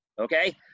Okay